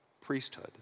priesthood